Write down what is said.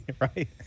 right